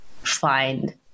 find